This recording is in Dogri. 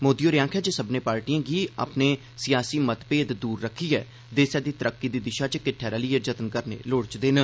मोदी होरें आखेआ जे सब्मने पार्टिएं गी अपने सियासी मतमेद दूर रक्खियै देसै दी तरक्की दी दिशा च किट्ठे रलियै जतन करने लोड़चदे न